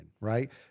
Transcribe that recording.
right